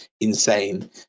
insane